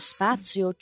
Spazio